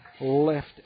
left